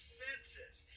senses